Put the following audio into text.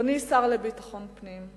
אדוני השר לביטחון פנים,